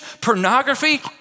pornography